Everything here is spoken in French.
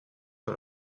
sur